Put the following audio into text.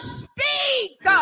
speak